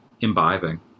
imbibing